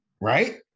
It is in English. right